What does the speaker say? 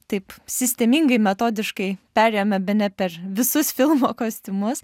taip sistemingai metodiškai perėjome bene per visus filmo kostiumus